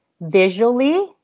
visually